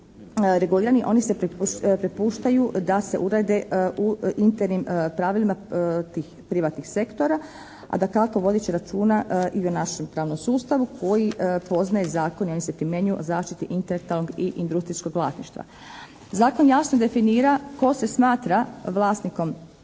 regulirani. Oni se prepuštaju da se urede u internim pravilima tih privatnih sektora, a dakako vodit će računa i o našem pravnom sustavu koji poznaje zakone i oni se primjenjuju u zaštiti …/Govornik se ne razumije./… i industrijskog vlasništva. Zakon jasno definira tko se smatra vlasnikom